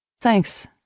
thanks